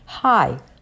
Hi